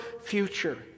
future